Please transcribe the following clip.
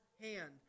hand